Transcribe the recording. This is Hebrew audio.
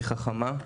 היא חכמה.